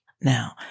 Now